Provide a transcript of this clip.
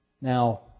Now